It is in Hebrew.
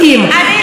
לכן,